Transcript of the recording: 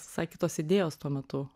visai kitos idėjos tuo metu